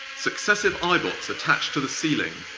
successive eyebots attach to the ceiling,